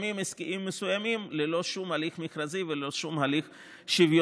לגורמים עסקיים מסוימים ללא שום הליך מכרזי וללא שום הליך שוויוני.